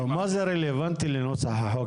מה זה רלוונטי לנוסח החוק?